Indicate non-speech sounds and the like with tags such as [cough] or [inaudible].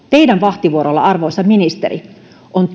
teidän vahtivuorollanne arvoisa ministeri on [unintelligible]